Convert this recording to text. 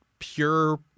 pure